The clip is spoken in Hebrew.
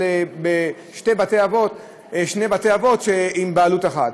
בשני בתי-אבות עם בעלות אחת.